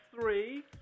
three